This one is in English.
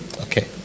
Okay